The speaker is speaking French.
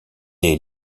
est